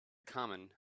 common